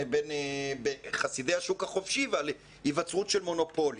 חסידי השוק החופשי והיווצרות של מונופולים.